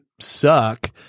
suck